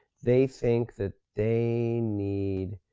they think that they need